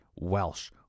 Welsh